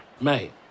Mate